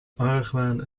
argwaan